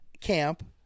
camp